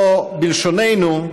או בלשוננו,